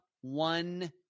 one